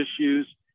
issues